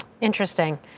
Interesting